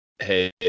hey